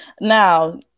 now